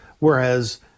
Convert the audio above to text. Whereas